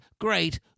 great